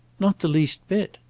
not the least bit.